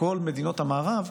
לכל מדינות המערב,